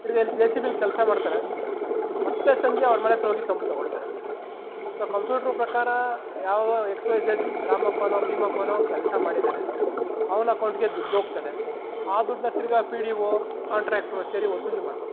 ತಿರ್ಗಿ ಇಲ್ಲಿ J C ಬಿಲ್ಲಿ ಕೆಲಸ ಮಾಡ್ತಾರೆ ಮತ್ತು ಸಂಜೆ ಅವ್ರ ಮನೆ ಹತ್ರ್ ಹೋಗಿ ತಂಬ್ ತೊಗೊಳ್ತಾರೆ ಸೊ ಕಂಪ್ಯೂಟ್ರು ಪ್ರಕಾರ ಯಾವುದೋ ಎಕ್ಸ್ ವೈ ಝಡ್ ರಾಮಪ್ಪನೋ ಭೀಮಪ್ಪನೋ ಕೆಲಸ ಮಾಡಿದ್ದಾನೆ ಅವ್ನ ಅಕೌಂಟ್ಗೆ ದುಡ್ಡು ಹೋಗ್ತದೆ ಆ ದುಡ್ಡನ್ನ ತಿರ್ಗಿ ಪಿ ಡಿ ಒ ಕಾಂಟ್ರಾಕ್ಟ್ರು ಸೇರಿ ವಸೂಲಿ ಮಾಡ್ಕೋತಾರೆ